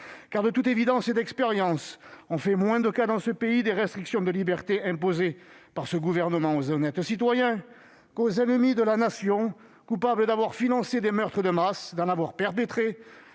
De toute évidence, et d'expérience, on fait moins de cas des restrictions de liberté imposées par ce gouvernement aux honnêtes citoyens qu'aux ennemis de la Nation, coupables d'avoir financé des meurtres de masse, d'en avoir perpétrés,